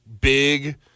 big